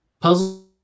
puzzle